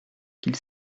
qu’il